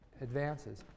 advances